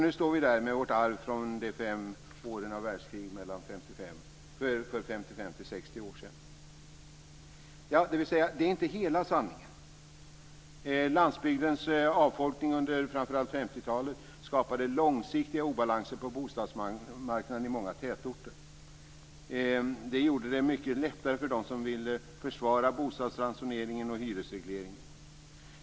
Nu står vi där med vårt arv från de fem åren av världskrig för 55-60 år sedan. Men det är inte hela sanningen. Landsbygdens avfolkning under framför allt 50-talet skapade långsiktiga obalanser på bostadsmarknaden i många tätorter. Det gjorde det mycket lättare för dem som ville försvara bostadsransoneringen och hyresregleringen.